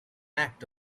act